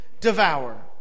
devour